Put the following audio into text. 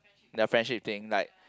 the friendship thing like